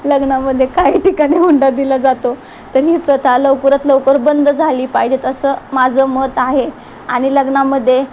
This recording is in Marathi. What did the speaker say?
लग्नामध्ये काही ठिकाणी हुंडा दिला जातो तर ही प्रथा लवकरात लवकर बंद झाली पाहिजेत असं माझं मत आहे आणि लग्नामध्ये